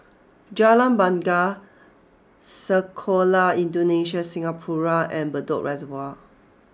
Jalan Bungar Sekolah Indonesia Singapura and Bedok Reservoir